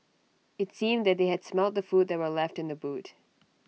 IT seemed that they had smelt the food that were left in the boot